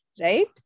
right